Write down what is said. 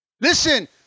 Listen